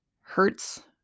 hurts